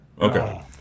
Okay